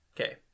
Okay